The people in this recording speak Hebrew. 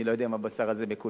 אני לא יודע אם הבשר הזה מקולקל,